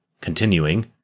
Continuing